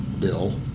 bill